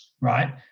right